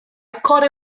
caught